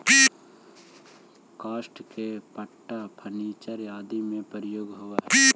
काष्ठ के पट्टा फर्नीचर आदि में प्रयोग होवऽ हई